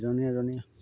এজনী এজনী